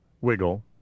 Wiggle